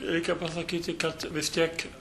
reikia pasakyti kad vis tiek